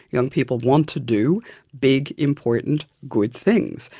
young people want to do big, important, good things.